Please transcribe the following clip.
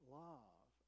love